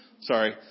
Sorry